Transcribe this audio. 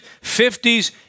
fifties